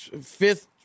fifth